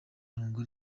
rungu